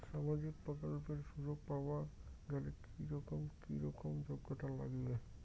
সামাজিক প্রকল্পের সুযোগ পাবার গেলে কি রকম কি রকম যোগ্যতা লাগিবে?